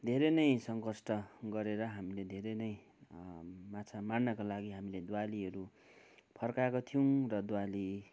धेरै नै सङ्कष्ट गरेर हामीले धेरै नै माछा मार्नका लागि हामीले दुवालीहरू फर्काएका थियौँ र दुवाली